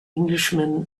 englishman